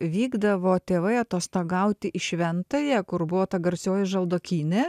vykdavo tėvai atostogauti į šventąją kur buvo ta garsioji žaldokynė